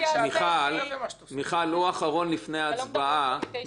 הוא אחרון לפני הצבעה, מיכל.